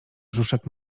brzuszek